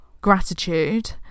Gratitude